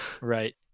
Right